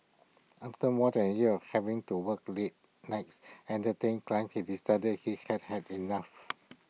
after more than A year of having to work late nights and Entertain Clients he decided he had had enough